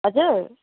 हजुर